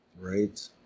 Right